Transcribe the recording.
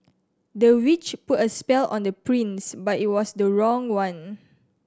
the witch put a spell on the prince but it was the wrong one